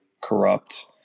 corrupt